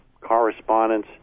correspondence